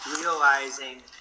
realizing